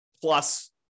plus